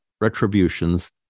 retributions